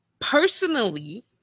Personally